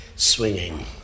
swinging